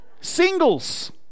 Singles